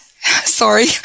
sorry